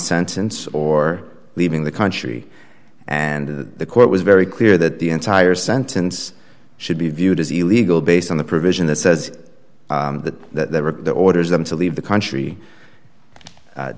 sentence or leaving the country and the court was very clear that the entire sentence should be viewed as illegal based on the provision that says that the orders them to leave the country